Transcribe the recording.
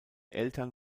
eltern